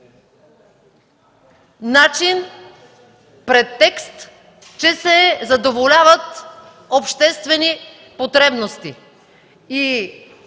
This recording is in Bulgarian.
претекст, че се задоволяват обществени потребности